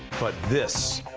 but this,